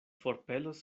forpelos